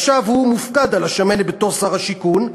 עכשיו הוא מופקד על השמנת בתור שר השיכון,